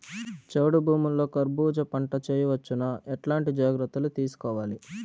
చౌడు భూముల్లో కర్బూజ పంట వేయవచ్చు నా? ఎట్లాంటి జాగ్రత్తలు తీసుకోవాలి?